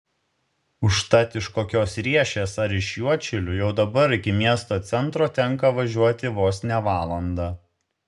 užtat iš kokios riešės ar iš juodšilių jau dabar iki miesto centro tenka važiuoti vos ne valandą